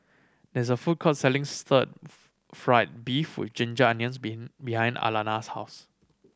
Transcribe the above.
there is a food court selling stir fried beef with ginger onions been behind Alannah's house